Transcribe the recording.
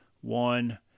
one